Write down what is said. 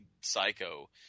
Psycho